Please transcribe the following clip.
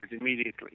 immediately